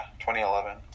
2011